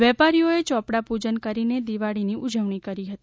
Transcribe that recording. વેપારીઓએ યોપડા પૂજન કરીને દિવાળીની ઉજવણી કરી હતી